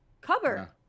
cover